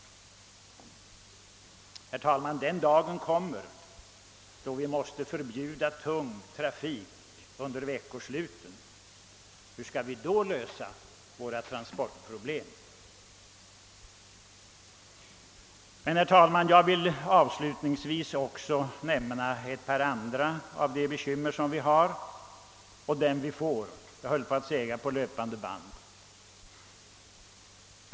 Herr talman! Den dagen kommer då vi måste förbjuda tung trafik under veckosluten. Hur skall vi då lösa dessa svåra transportproblem. Herr talman! Jag vill avslutningsvis nämna ett par andra av de bekymmer som vi har och de bekymmer som vi får — jag höll på att säga — på löpande band.